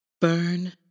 Burn